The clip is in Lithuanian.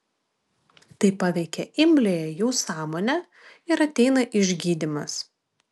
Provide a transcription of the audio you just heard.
tai paveikia imliąją jų sąmonę ir ateina išgydymas